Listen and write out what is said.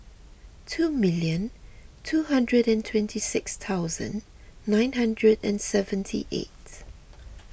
two million two hundred and twenty six thousand nine hundred and seventy eight